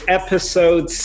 episode